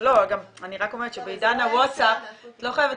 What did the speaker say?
רק אומרת שבעידן הווטסאפ את לא חייבת